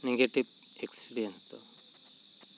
negative experience ᱫᱚ